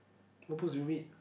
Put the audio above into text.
what books do you read